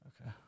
Okay